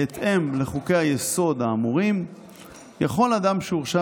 בהתאם לחוקי-היסוד האמורים יכול אדם שהורשע